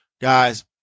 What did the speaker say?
guys